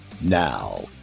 Now